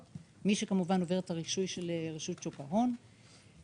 אף אחד לא התערב, לא בית המשפט ולא בנק ישראל.